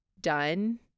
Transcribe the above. done